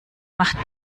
macht